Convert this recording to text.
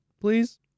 Please